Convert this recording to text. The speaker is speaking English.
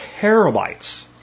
terabytes